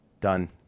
Done